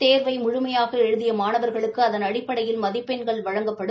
தேர்வை முழுமையாக எழுதிய மாணவர்களுக்கு அதன் அடிப்படையில் மதிப்பெண்கள் வழங்கப்படும்